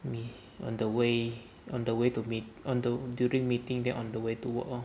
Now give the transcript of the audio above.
me on the way on the way to meet on the during meeting then on the way to work oh